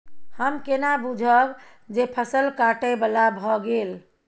हम केना बुझब जे फसल काटय बला भ गेल?